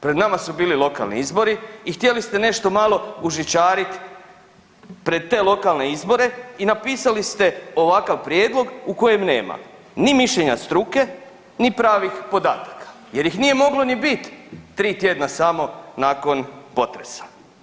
Pred nama su bili lokalni izbori i htjeli ste nešto malo ušićarit pred te lokalne izbore i napisali ste ovakav prijedlog u kojem nema ni mišljenja struke, ni pravih podataka jer ih nije moglo ni bit 3 tjedna samo nakon potresa.